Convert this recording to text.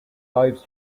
lives